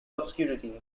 obscurity